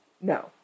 No